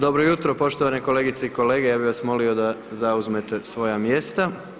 Dobro jutro poštovane kolegice i kolege, ja bi vas molio da zauzmete svoja mjesta.